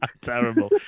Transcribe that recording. Terrible